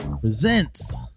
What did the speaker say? Presents